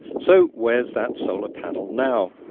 so where's that solar panel now?